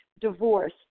divorce